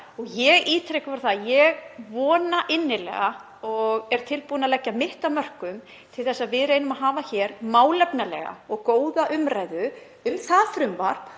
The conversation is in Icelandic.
Ég ítreka bara að ég vona innilega og er tilbúin að leggja mitt af mörkum til þess að við reynum að hafa hér málefnalega og góða umræðu um það frumvarp